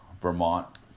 Vermont